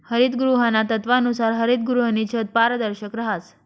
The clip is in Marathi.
हरितगृहाना तत्वानुसार हरितगृहनी छत पारदर्शक रहास